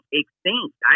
extinct